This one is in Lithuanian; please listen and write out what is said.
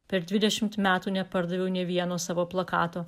per dvidešimt metų nepardaviau nė vieno savo plakato